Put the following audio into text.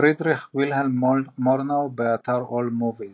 פרידריך וילהלם מורנאו, באתר AllMovie